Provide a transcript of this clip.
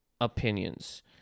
opinions